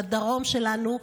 לדרום שלנו,